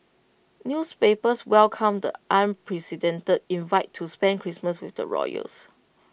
newspapers welcomed the unprecedented invite to spend Christmas with the royals